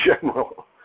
general